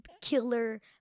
killer